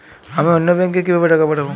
আমি অন্য ব্যাংকে কিভাবে টাকা পাঠাব?